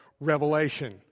Revelation